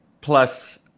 plus